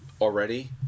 already